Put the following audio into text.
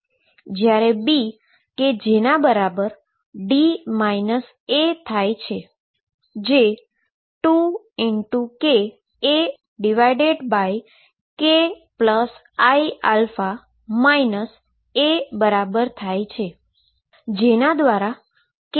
જ્યારે B કે જેના બરાબર D A થાય છે જે 2kAkiα A બરાબર થાય છે